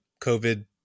COVID